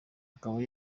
akaba